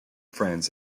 friends